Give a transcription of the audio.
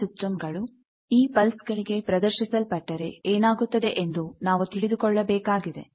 ನಮ್ಮ ಸಿಸ್ಟಮ್ ಗಳು ಈ ಪಲ್ಸ್ ಗಳಿಗೆ ಪ್ರದರ್ಶಿಸಲ್ಪಟ್ಟರೆ ಏನಾಗುತ್ತದೆ ಎಂದು ನಾವು ತಿಳಿದುಕೊಳ್ಳಬೇಕಾಗಿದೆ